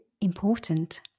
important